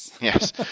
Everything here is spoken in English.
Yes